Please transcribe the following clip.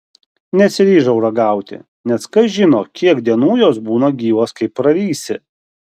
nesiryžau ragauti nes kas žino kiek dienų jos būna gyvos kai prarysi